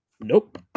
nope